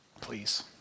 Please